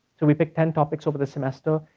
so we pick ten topics over the semester.